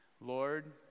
lord